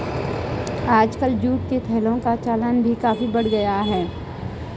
आजकल जूट के थैलों का चलन भी काफी बढ़ गया है